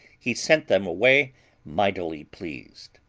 he sent them away mightily pleased.